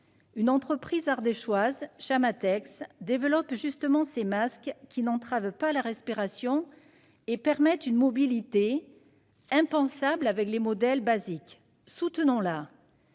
Une entreprise ardéchoise, Chamatex, développe justement de tels masques, qui n'entravent pas la respiration et permettent une mobilité impensable avec les modèles basiques. Soutenons-la !